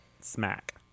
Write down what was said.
Smack